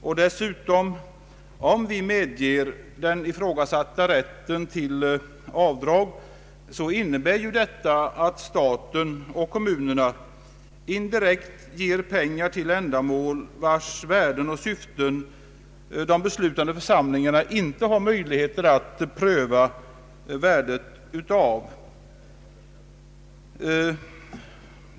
Om vi beslutar att medge den ifrågasatta rätten till avdrag, innebär detta att staten och kommunerna indirekt ger pengar till ändamål vars syften de beslutande församlingarna inte har någon möjlighet att pröva värdet av.